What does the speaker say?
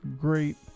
great